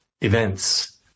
events